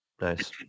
nice